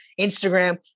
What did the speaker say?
instagram